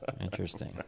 Interesting